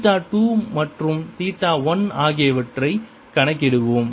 theta 2 மற்றும் theta 1 ஆகியவற்றைக் கணக்கிடுவோம்